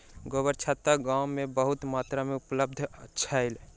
गोबरछत्ता गाम में बहुत मात्रा में उपलब्ध छल